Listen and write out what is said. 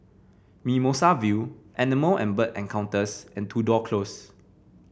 Mimosa View Animal and Bird Encounters and Tudor Close